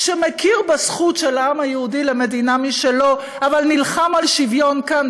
שמכיר בזכות של העם היהודי למדינה משלו אבל נלחם על שוויון כאן,